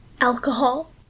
alcohol